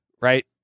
right